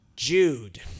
Jude